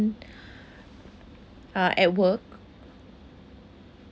uh at work